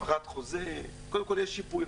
הפרת חוזה, קודם כל יש שיפוי.